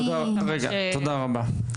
תודה רבה.